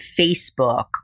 Facebook